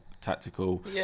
tactical